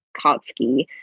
kotsky